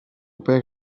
père